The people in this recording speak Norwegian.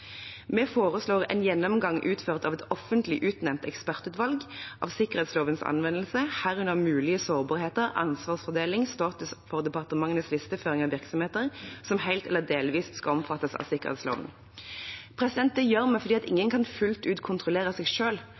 Vi foreslår en gjennomgang av sikkerhetslovens anvendelse, utført av et offentlig utnevnt ekspertutvalg, herunder mulige sårbarheter, ansvarsfordeling, status for departementenes listeføring av virksomheter som helt eller delvis skal omfattes av sikkerhetsloven. Det gjør vi fordi ingen kan fullt ut kontrollere seg